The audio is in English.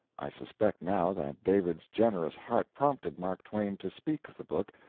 i suspect now that david's generous heart prompted mark twain to speak of the book,